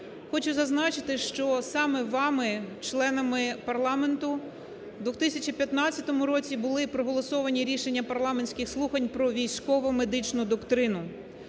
Хочу зазначити, що саме вами членами парламенту в 2015 році були проголосовані рішення парламентських слухань про військово-медичну доктрину.